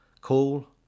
call